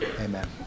Amen